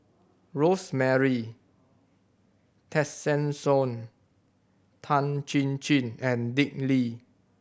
Rosemary Tessensohn Tan Chin Chin and Dick Lee